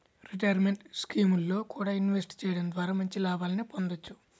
retirement స్కీముల్లో కూడా invest చెయ్యడం ద్వారా మంచి లాభాలనే పొందొచ్చు